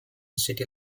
city